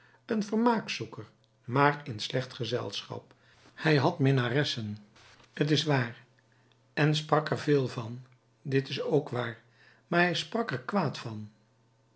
een vermaakzoeker maar in slecht gezelschap hij had minnaressen t is waar en sprak er veel van dit is ook waar maar hij sprak er kwaad van